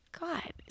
God